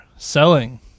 Selling